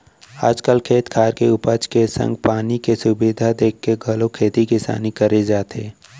आज काल खेत खार के उपज के संग पानी के सुबिधा देखके घलौ खेती किसानी करे जाथे